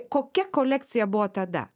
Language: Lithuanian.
kokia kolekcija buvo tada